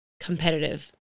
Competitive